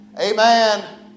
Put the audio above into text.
amen